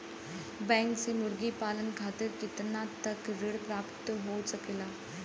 Bank से मुर्गी पालन खातिर कितना तक ऋण प्राप्त हो सकेला?